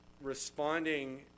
responding